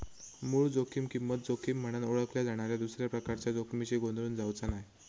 मूळ जोखीम किंमत जोखीम म्हनान ओळखल्या जाणाऱ्या दुसऱ्या प्रकारच्या जोखमीशी गोंधळून जावचा नाय